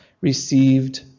received